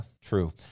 true